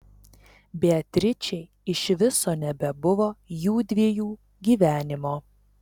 beatričei iš viso nebebuvo jųdviejų gyvenimo